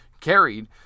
carried